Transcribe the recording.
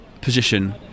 position